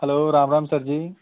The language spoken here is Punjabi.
ਹੈਲੋ ਰਾਮ ਰਾਮ ਸਰ ਜੀ